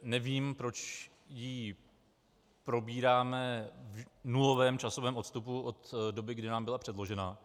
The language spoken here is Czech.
Nevím, proč ji probíráme v nulovém časovém odstupu od doby, kdy nám byla předložena.